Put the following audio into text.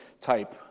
type